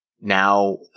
now